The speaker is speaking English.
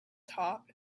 top